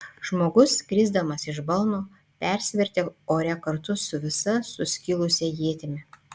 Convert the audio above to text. žmogus krisdamas iš balno persivertė ore kartu su visa suskilusia ietimi